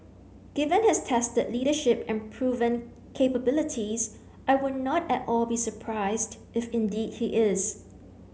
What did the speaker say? given his tested leadership and proven capabilities I would not at all be surprised if indeed he is